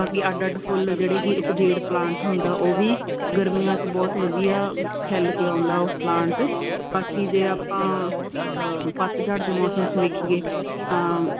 ਅਸੀਂ ਅੱਡ ਅੱਡ ਫੁੱਲ ਜਿਹੜੇ ਕਿ ਇੱਕ ਜੇਡ ਪਲਾਂਟ ਹੁੰਦਾ ਉਹ ਵੀ ਗਰਮੀਆਂ 'ਚ ਬਹੁਤ ਵਧੀਆ ਖਿਲ ਕੇ ਆਉਂਦਾ ਉਹ ਪਲਾਂਟ ਬਾਕੀ ਜੇ ਆਪਾਂ ਪੱਤਝੜ ਦੇ ਮੌਸਮ 'ਚ ਵੇਖੀਏ ਤਾਂ